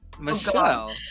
Michelle